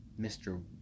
Mr